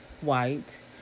white